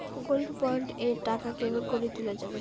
Gold bond এর টাকা কেমন করি তুলা যাবে?